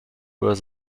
were